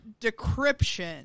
Decryption